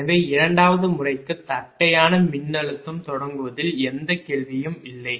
எனவே இரண்டாவது முறைக்கு தட்டையான மின்னழுத்தம் தொடங்குவதில் எந்த கேள்வியும் இல்லை